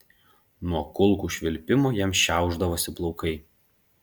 nuo kulkų švilpimo jam šiaušdavosi plaukai